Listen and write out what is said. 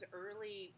early